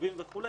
למקורבים וכו',